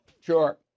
Sure